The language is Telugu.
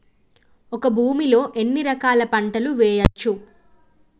ఒక భూమి లో ఎన్ని రకాల పంటలు వేయచ్చు?